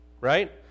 right